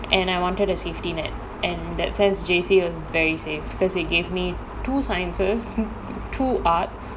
and I wanted a safety net and in that sense J_C was very safe because it gave me two sciences two arts